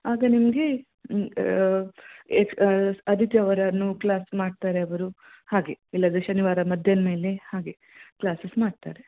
ಆಗ ನಿಮಗೆ ಎ ಆದಿತ್ಯವಾರವೂ ಕ್ಲಾಸ್ ಮಾಡ್ತಾರೆ ಅವರು ಹಾಗೆ ಇಲ್ಲಾದ್ರೆ ಶನಿವಾರ ಮಧ್ಯಾಹ್ನ ಮೇಲೆ ಹಾಗೆ ಕ್ಲಾಸಸ್ ಮಾಡ್ತಾರೆ